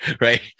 Right